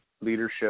leadership